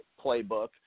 playbook